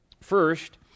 first